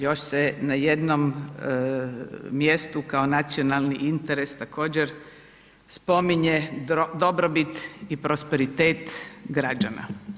Još se na jednom mjestu kao nacionalni interes također spominje dobrobit i prosperitet građana.